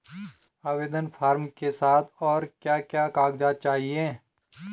आवेदन फार्म के साथ और क्या क्या कागज़ात चाहिए?